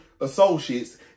associates